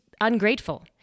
ungrateful